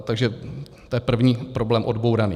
Takže to je první problém odbouraný.